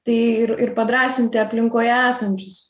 tai ir ir padrąsinti aplinkoje esančius